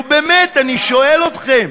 נו באמת, אני שואל אתכם.